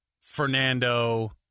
Fernando